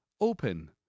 open